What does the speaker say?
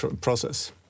process